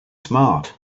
smart